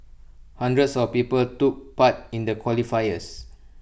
hundreds of people took part in the qualifiers